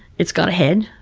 it's got a head,